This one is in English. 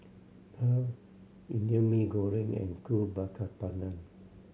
daal Indian Mee Goreng and Kuih Bakar Pandan